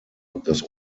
das